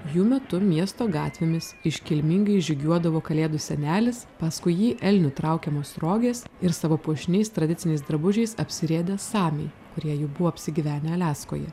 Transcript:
jų metu miesto gatvėmis iškilmingai žygiuodavo kalėdų senelis paskui jį elnių traukiamos rogės ir savo puošniais tradiciniais drabužiais apsirėdę samiai kurie jau buvo apsigyvenę aliaskoje